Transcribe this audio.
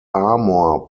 armour